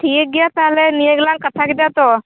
ᱴᱷᱤᱠ ᱜᱮᱭᱟ ᱛᱟᱦᱚᱞᱮ ᱱᱤᱭᱟᱹ ᱜᱮᱞᱟᱝ ᱠᱟᱛᱷᱟ ᱠᱮᱫᱟ ᱛᱚ